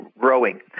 growing